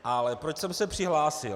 Ale proč jsem se přihlásil?